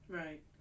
right